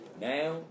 Now